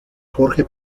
jorge